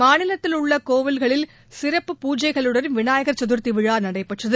மாநிலத்தில் உள்ள கோவில்களில் சிறப்பு பூஜைகளுடன் விநாயகள் சதுர்த்தி விழா நடைபெற்றது